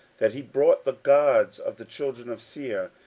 that he brought the gods of the children of seir,